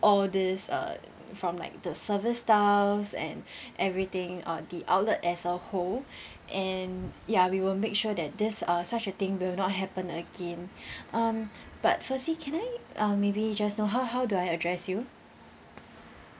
all this uh from like the service staffs and everything or the outlet as a whole and ya we will make sure that this uh such a thing will not happen again um but firstly can I uh maybe just know how how do I address you